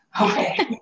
Okay